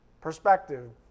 Perspective